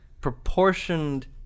proportioned